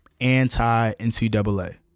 anti-NCAA